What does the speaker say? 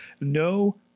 no